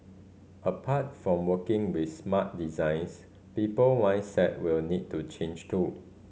apart from working with smart designs people will need to change too